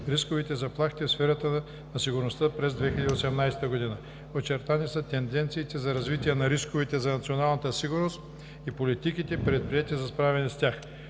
рисковете и заплахите в сферата на сигурността през 2018 г. Очертани са тенденциите за развитието на рисковете за националната сигурност и политиките, предприети за справяне с тях.